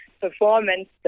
performance